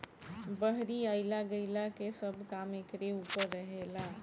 बहरी अइला गईला के सब काम एकरे ऊपर रहेला